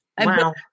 Wow